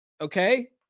okay